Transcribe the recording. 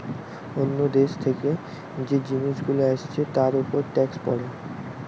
অন্য দেশ থেকে যে জিনিস গুলো এসছে তার উপর ট্যাক্স পড়ে